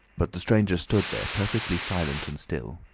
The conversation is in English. but the stranger stood there, perfectly silent and still.